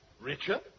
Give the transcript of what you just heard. Richard